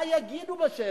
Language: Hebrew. מה יגידו בשאלה?